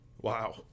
Wow